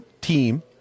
team